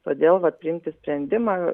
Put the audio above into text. todėl vat priimti sprendimą